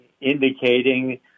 indicating